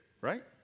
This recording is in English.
right